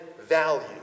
value